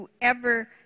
Whoever